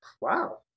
Wow